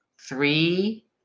three